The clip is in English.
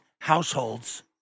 households